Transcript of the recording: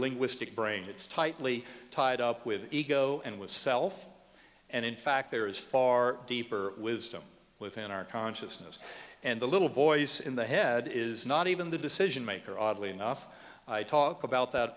linguistic brain it's tightly tied up with ego and with self and in fact there is far deeper wisdom within our consciousness and the little voice in the head is not even the decision maker oddly enough i talk about that